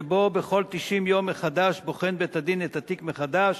שבו בכל 90 יום בית-הדין בוחן את התיק מחדש